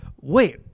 wait